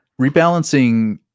Rebalancing